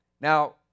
Now